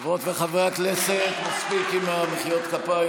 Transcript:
חברות וחברי הכנסת, מספיק עם מחיאות הכפיים.